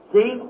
See